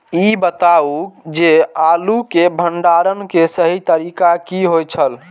ई बताऊ जे आलू के भंडारण के सही तरीका की होय छल?